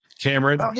Cameron